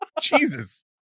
Jesus